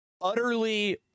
utterly